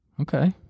Okay